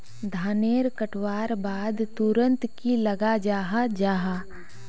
धानेर कटवार बाद तुरंत की लगा जाहा जाहा?